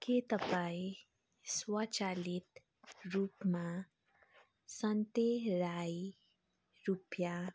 के तपाईँ स्वचालित रूपमा सन्ते राई रुपियाँ